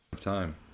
time